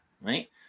right